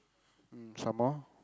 mm some more